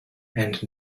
and